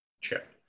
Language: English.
chip